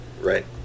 Right